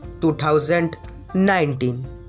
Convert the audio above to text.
2019